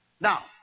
Now